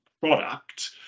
product